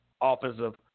offensive